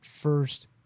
first